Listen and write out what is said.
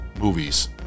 movies